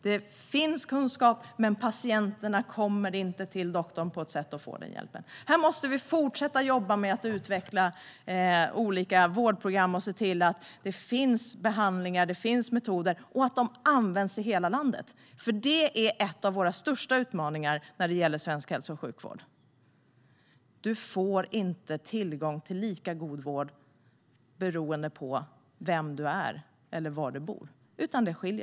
Det finns kunskap om detta, men patienterna kommer inte till doktorn så att de får hjälp. Vi måste fortsätta att jobba med att utveckla olika vårdprogram. Vi måste se till att det finns behandlingar och metoder och att dessa används i hela landet. En av de största utmaningarna för svensk hälso och sjukvård är nämligen att tillgången till god vård beror på vem man är och var man bor. Tillgången är olika.